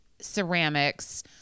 ceramics